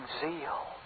zeal